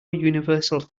universal